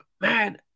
man